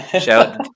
Shout